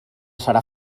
serà